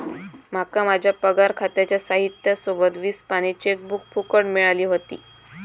माका माझ्या पगार खात्याच्या साहित्या सोबत वीस पानी चेकबुक फुकट मिळाली व्हती